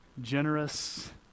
generous